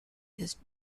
his